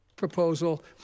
proposal